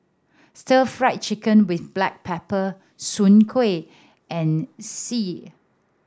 Stir Fry Chicken with black pepper Soon Kueh and xi